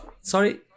sorry